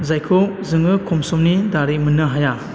जायखौ जोङो खम समनि दारै मोन्नो हाया